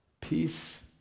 Peace